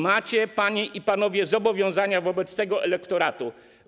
Macie, panie i panowie, zobowiązania wobec tego elektoratu.